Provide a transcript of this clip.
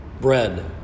bread